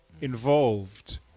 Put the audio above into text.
involved